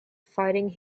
fighting